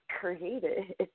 created